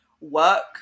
work